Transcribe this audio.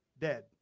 dead